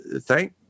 thank